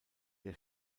der